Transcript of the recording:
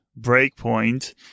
breakpoint